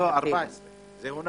לא, 14. זה הונח.